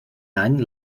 any